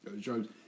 drugs